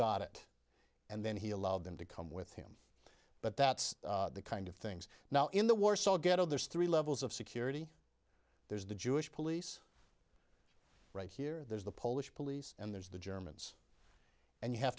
got it and then he allowed them to come with him but that's the kind of things now in the warsaw ghetto there's three levels of security there's the jewish police right here there's the polish police and there's the germans and you have